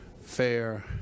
fair